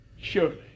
surely